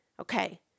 Okay